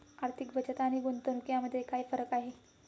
आर्थिक बचत आणि गुंतवणूक यामध्ये काय फरक आहे?